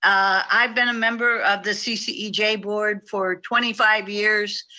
um i've been a member of the ccej board for twenty five years.